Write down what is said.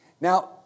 Now